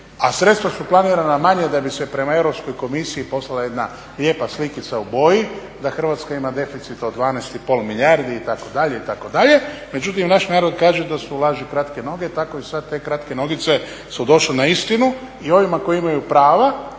a sredstva su planirana manja da bi se prema Europskoj komisiji poslala jedna lijepa slikica u boji da Hrvatska ima deficit od 12,5 milijardi itd., itd. Međutim naš narod kaže da su u laži kratke noge, tako i sad te kratke nogice su došle na istinu i ovima koji imaju prava,